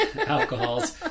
alcohols